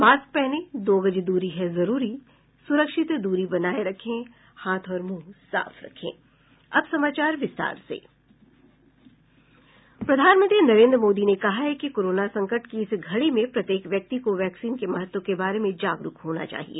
mask पहनें दो गज दूरी है जरूरी सुरक्षित दूरी बनाये रखें हाथ और मुंह साफ रखें प्रधानमंत्री नरेन्द्र मोदी ने कहा है कि कोरोना संकट की इस घड़ी में प्रत्येक व्यक्ति को वैक्सीन के महत्व के बारे में जागरूक होना चाहिए